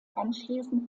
anschließend